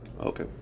Okay